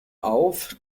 auf